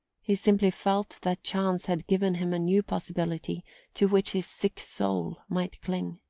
he simply felt that chance had given him a new possibility to which his sick soul might cling.